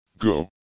go